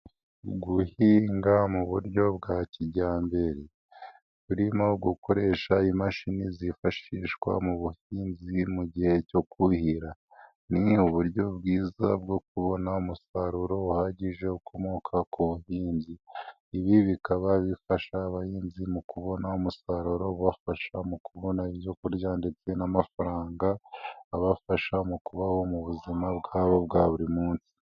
Guhinga mu buryo bwa kijyambere burimo gukoresha imashini zifashishwa mu buhinzi mu gihe cyo kuhira, ni uburyo bwiza bwo kubona umusaruro uhagije ukomoka ku buhinzi, ibi bikaba bifasha abahinzi mu kubona umusaruro ubafasha mu kubona ibyo kurya ndetse n'amafaranga abafasha mu kubaho mu buzima bwabo bwa buri munsi.